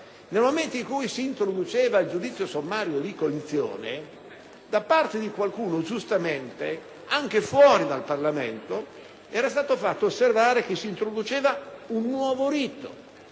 Nel momento in cui si introduceva il giudizio sommario di cognizione, da parte di qualcuno, anche fuori dal Parlamento, giustamente era stato fatto osservare che si introduceva un nuovo rito.